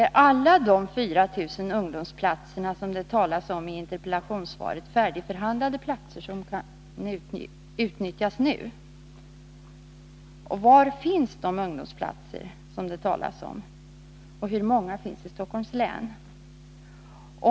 Är alla de 4 000 ungdomsplatser som det talas om i interpellationssvaret färdigförhandlade platser som kan utnyttjas nu? 2. Var finns de ungdomsplatser som det talas om? Hur många finns det i Stockholms län? 3.